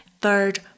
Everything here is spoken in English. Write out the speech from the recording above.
Third